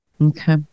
Okay